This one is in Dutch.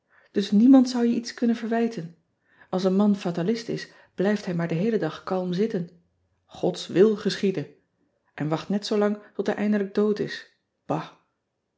us niemand zou je iets kunnen verwijten ls een man fatalist is blijft hij maar den heelen dag kalm zitten od s wil geschiede en wacht net zoo lang tot hij eindelijk dood is a